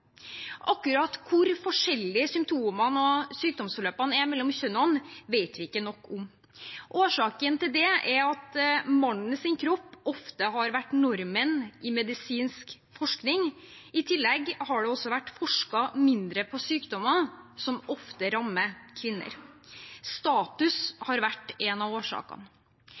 Akkurat hvor forskjellig symptomene og sykdomsforløpene er mellom kjønnene, vet vi ikke nok om. Årsaken til det er at mannens kropp ofte har vært normen i medisinsk forskning. I tillegg har det vært forsket mindre på sykdommer som ofte rammer kvinner. Status har vært en av årsakene.